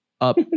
up